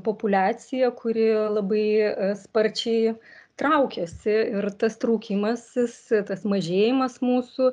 populiacija kuri labai sparčiai traukiasi ir tas traukimasis tas mažėjimas mūsų